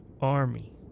army